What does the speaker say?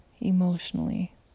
emotionally